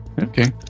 Okay